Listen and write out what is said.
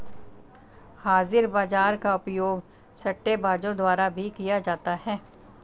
हाजिर बाजार का उपयोग सट्टेबाजों द्वारा भी किया जाता है